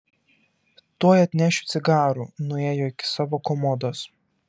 tuoj atnešiu cigarų nuėjo iki savo komodos